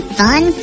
fun